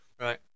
right